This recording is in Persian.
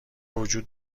وجود